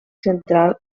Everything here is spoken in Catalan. central